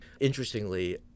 Interestingly